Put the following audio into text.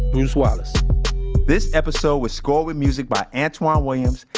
bruce wallace this episode was scored with music by antwan williams,